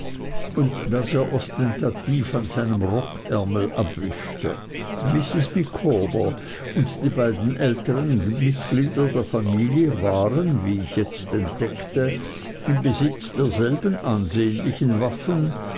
und das er ostentativ an seinem rockärmel abwischte mrs micawber und die beiden ältern mitglieder der familie waren wie ich jetzt entdeckte im besitz derselben ansehnlichen waffen